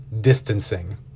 distancing